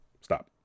Stop